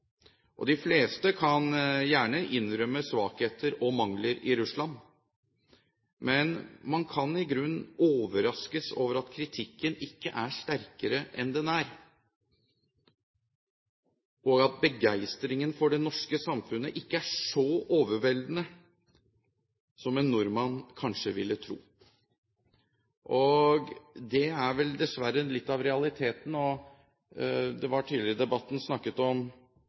De fleste kan gjerne innrømme svakheter og mangler i Russland, men man kan i grunnen overraskes over at kritikken ikke er sterkere enn den er, og at begeistringen for det norske samfunnet ikke er så overveldende som en nordmann kanskje ville tro. Det er vel dessverre litt av realiteten. Det var tidligere i debatten snakk om